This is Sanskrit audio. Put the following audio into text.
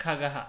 खगः